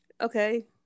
okay